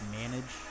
manage